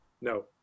no